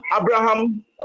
Abraham